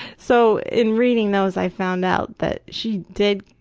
so in reading those, i found out that she did,